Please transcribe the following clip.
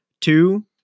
Two